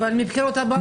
אבל מהבחירות הבאות.